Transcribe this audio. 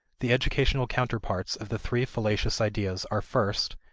the educational counterparts of the three fallacious ideas are first,